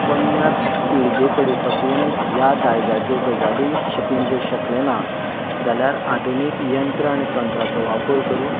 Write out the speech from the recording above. पोरण्या पिळगे कडेन साकून ह्या दायजाच्यो गजाली शिकूंक जर शकले ना जाल्यार आधुनीक यंत्र आनी तंत्राचो वापर करून